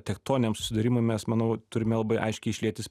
tektoniniam susidūrimui mes manau turime labai aiškiai šlietis